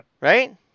Right